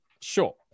Sure